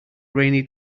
rainy